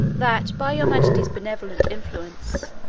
that, by your majesty's benevolent influence,